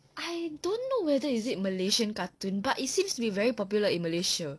I don't know whether is it malaysian cartoon but it seems to be very popular in malaysia